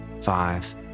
five